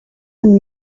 and